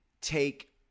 take